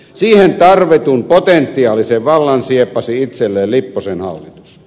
siihen tarvitun potentiaalisen vallan sieppasi itselleen lipposen hallitus